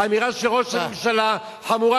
האמירה של ראש הממשלה חמורה